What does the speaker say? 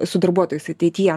su darbuotojais ateityje